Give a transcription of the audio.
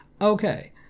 Okay